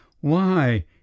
Why